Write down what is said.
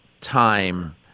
time